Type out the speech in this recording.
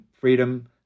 Freedom